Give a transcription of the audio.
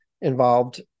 involved